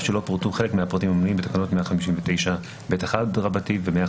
שלא פורטו חלק מהפרטים המנויים בתקנות 159ב1 ו-159ב2,